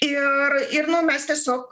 ir ir nu mes tiesiog